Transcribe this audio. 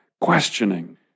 questioning